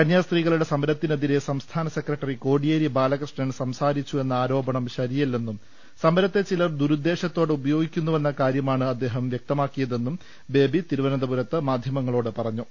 കന്യാസ്ത്രീകളുടെ സമരത്തിനെതിരെ സംസ്ഥാന സെക്രട്ടറി കൊടിയേരി ബാലകൃഷ്ണൻ സംസാരിച്ചു എന്ന ആരോപണം ശരിയല്ലെന്നും സമരത്തെ ചിലർ ദൂരുദ്ദേശത്തോടെ ഉപയോഗിക്കുന്നുവെന്ന കാര്യമാണ് അദ്ദേഹം വൃക്തമാക്കിയതെന്നും ബേബി തിരുവനന്ത പുരത്ത് മാധ്യമങ്ങളോട് പറഞ്ഞു